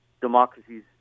democracies